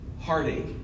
heartache